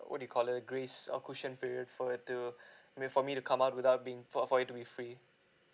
what you call that a grace or cushion period for to I mean for me to come out without being for for it to be free